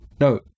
no